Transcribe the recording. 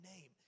name